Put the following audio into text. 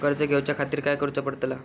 कर्ज घेऊच्या खातीर काय करुचा पडतला?